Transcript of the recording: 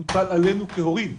מוטל עלינו כהורים,